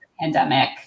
pandemic